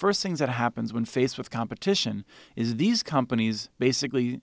first things that happens when faced with competition is these companies basically